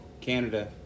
Canada